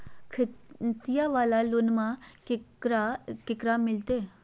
खेतिया वाला लोनमा केकरा केकरा मिलते?